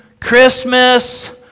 Christmas